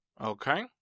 Okay